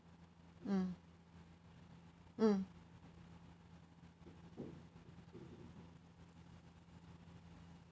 mm mm